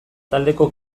taldeko